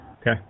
Okay